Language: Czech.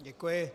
Děkuji.